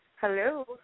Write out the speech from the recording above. Hello